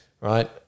Right